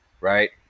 right